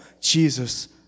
Jesus